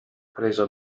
preso